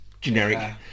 Generic